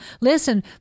Listen